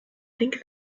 think